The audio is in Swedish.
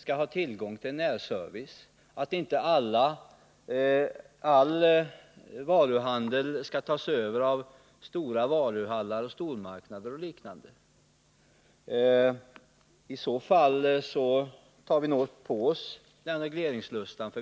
skall ha tillgång till närservice i bostadsområdena och för att inte all varuhandel skall tas över av stora varuhallar, stormarknader och liknande. I så fall tar vi nog på oss den här regleringslustan.